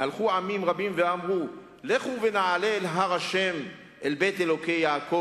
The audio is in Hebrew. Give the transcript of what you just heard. והלכו עמים רבים ואמרו לכו ונעלה אל הר ה' אל בית אלהי יעקב